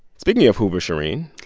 speaking of hoover, shereen.